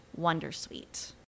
wondersuite